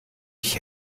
ich